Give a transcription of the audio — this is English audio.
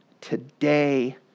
today